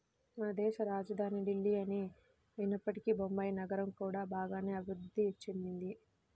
మనదేశ రాజధాని ఢిల్లీనే అయినప్పటికీ బొంబాయి నగరం కూడా బాగానే అభిరుద్ధి చెందింది